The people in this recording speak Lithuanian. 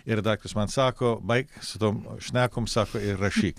ir daktaras man sako baik su tom šnekom sako ir rašyk